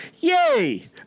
yay